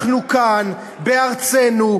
אנחנו כאן בארצנו,